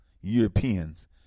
Europeans